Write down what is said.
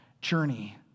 journey